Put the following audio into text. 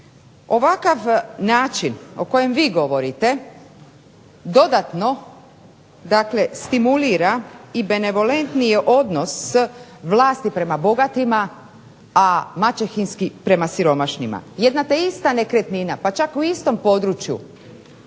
Ovakav način o kojem vi govorite, dodatno stimulira i benevolentnije odnos vlasti prema bogatima, a maćehinski prema siromašnima. Jedna te ista nekretnina pa čak i u istom području